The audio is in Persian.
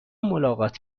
ملاقات